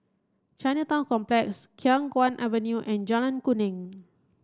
Chinatown Complex Khiang Guan Avenue and Jalan Kuning